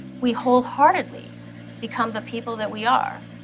we wholeheartedly become the people that we are.